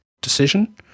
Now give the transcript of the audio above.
decision